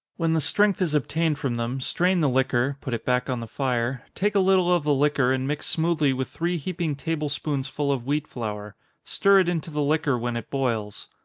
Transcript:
when the strength is obtained from them, strain the liquor put it back on the fire take a little of the liquor, and mix smoothly with three heaping table-spoonsful of wheat flour stir it into the liquor when it boils.